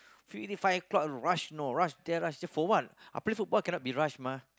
finish five o-clock rush know rush there rush here for what I play football cannot be rush mah